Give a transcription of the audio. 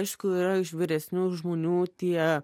aišku yra iš vyresnių žmonių tie